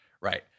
right